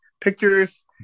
pictures